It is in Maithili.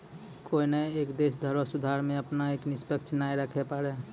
कोनय एक देश धनरो सुधार मे अपना क निष्पक्ष नाय राखै पाबै